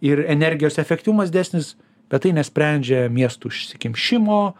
ir energijos efektyvumas didesnis bet tai nesprendžia miestų užsikimšimo